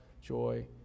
joy